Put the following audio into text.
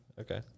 Okay